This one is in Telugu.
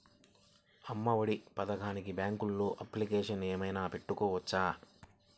అమ్మ ఒడి పథకంకి బ్యాంకులో అప్లికేషన్ ఏమైనా పెట్టుకోవచ్చా?